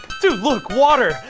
dude, look, water.